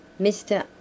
MR